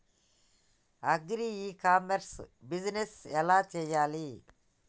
Agri e commerce business ఎలా చెయ్యాలి?